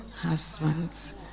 husbands